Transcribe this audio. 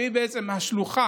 שהיא בעצם השלוחה